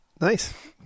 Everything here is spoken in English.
Nice